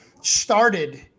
started